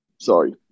sorry